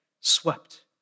swept